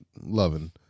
loving